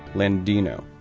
landino,